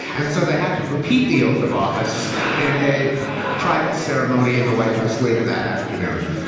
and so they had to repeat the oath of office in a private ceremony in the white house later that afternoon.